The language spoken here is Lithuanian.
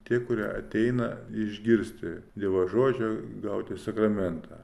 tie kurie ateina išgirsti dievo žodžio gauti sakramentą